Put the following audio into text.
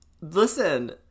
Listen